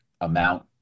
amount